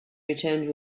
returned